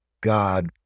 God